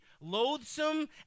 loathsome